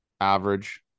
average